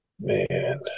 Man